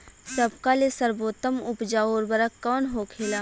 सबका ले सर्वोत्तम उपजाऊ उर्वरक कवन होखेला?